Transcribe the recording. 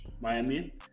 Miami